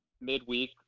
midweek